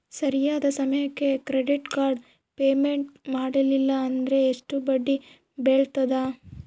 ಸರಿಯಾದ ಸಮಯಕ್ಕೆ credit card payment ಮಾಡಲಿಲ್ಲ ಅಂದ್ರೆ ಎಷ್ಟು ಬಡ್ಡಿ ಬೇಳ್ತದ?